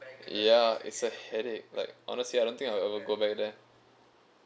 ya it's a headache like honestly I don't think I'll ever go back there